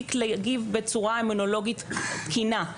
להפסיק להגיב בצורה אימונולוגית תקינה,